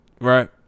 right